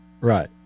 right